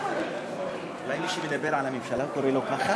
אולי מי שמדבר על הממשלה קורה לו ככה?